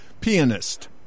pianist